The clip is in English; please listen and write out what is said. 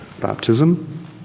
Baptism